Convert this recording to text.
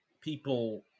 people